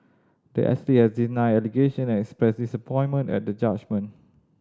the athlete has denied the allegation and expressed disappointment at the judgment